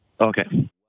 Okay